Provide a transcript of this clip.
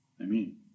Amen